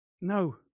No